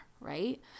Right